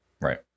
Right